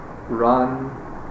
run